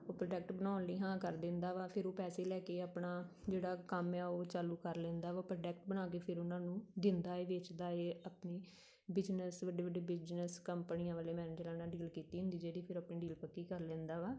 ਉਹ ਪ੍ਰੋਡਕਟ ਬਣਾਉਣ ਲਈ ਹਾਂ ਕਰ ਦਿੰਦਾ ਵਾ ਫਿਰ ਉਹ ਪੈਸੇ ਲੈ ਕੇ ਆਪਣਾ ਜਿਹੜਾ ਕੰਮ ਆ ਉਹ ਚਾਲੂ ਕਰ ਲੈਂਦਾ ਵਾ ਪ੍ਰੋਡਕਟ ਬਣਾ ਕੇ ਫਿਰ ਉਹਨਾਂ ਨੂੰ ਦਿੰਦਾ ਹੈ ਵੇਚਦਾ ਹੈ ਆਪਣੀ ਬਿਜਨਸ ਵੱਡੇ ਵੱਡੇ ਬਿਜਨਸ ਕੰਪਨੀਆਂ ਵਾਲੇ ਮੈਨਜਰਾਂ ਨਾਲ ਡੀਲ ਕੀਤੀ ਹੁੰਦੀ ਜਿਹੜੀ ਫਿਰ ਆਪਣੀ ਡੀਲ ਪੱਕੀ ਕਰ ਲੈਂਦਾ ਵਾ